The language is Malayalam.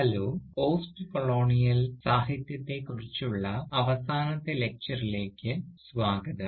ഹലോ പോസ്റ്റ്കൊളോണിയൽ സാഹിത്യത്തെക്കുറിച്ചുള്ള അവസാനത്തെ ലക്ചറിലേക്ക് സ്വാഗതം